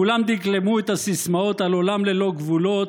כולם דקלמו את הסיסמאות על עולם ללא גבולות,